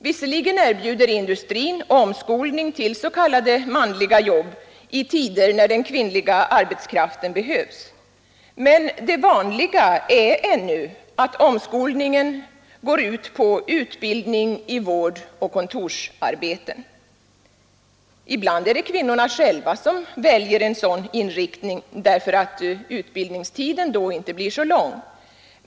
Visserligen erbjuder industrin omskolning till s.k. manliga jobb i tider när den kvinnliga arbetskraften behövs, men det vanliga är ännu att omskolningen går ut på utbildning i vårdoch kontorsarbeten. Ibland är det kvinnorna själva som väljer den inriktningen därför att utbildningstiden då inte blir så lång.